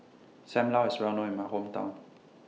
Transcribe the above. SAM Lau IS Well known in My Hometown